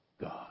God